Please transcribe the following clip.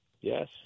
yes